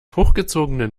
hochgezogenen